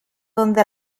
donde